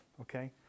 Okay